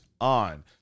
on